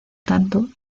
tanto